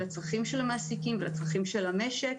לצרכים של המעסיקים ולצרכים של המשק.